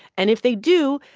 and if they do,